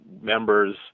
members